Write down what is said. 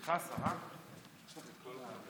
אל תבלבל אותה עם